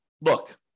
look